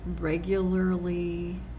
regularly